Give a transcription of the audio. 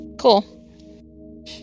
Cool